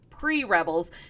pre-Rebels